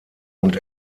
und